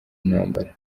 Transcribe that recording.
intambara